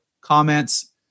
comments